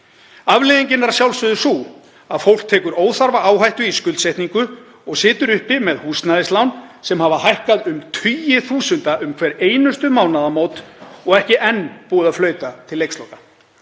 Afleiðingin er að sjálfsögðu sú að fólk tekur óþarfa áhættu í skuldsetningu og situr uppi með húsnæðislán sem hafa hækkað um tugi þúsunda um hver einustu mánaðamót og ekki enn búið að flauta til leiksloka.